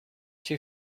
two